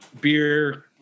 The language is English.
beer